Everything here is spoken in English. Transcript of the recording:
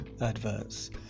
adverts